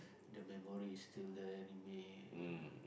the memory is still there remain